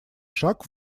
шаг